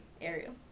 Ariel